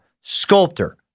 sculptor